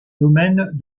domaine